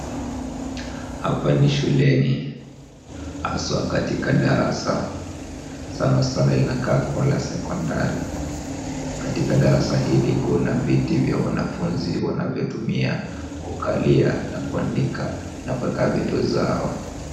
Hapa ni shuleni haswa katika darasa. Sana sana linakaa kuwa la sekondari. Katika darasa hili kuna viti vya wanafunzi wanavyotumia kukalia na kuandika na kuweka vitu zao.